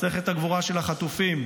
מסכת הגבורה של החטופים,